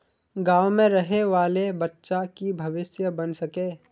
गाँव में रहे वाले बच्चा की भविष्य बन सके?